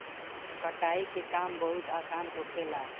कटाई के काम बहुत आसान होखेला